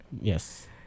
Yes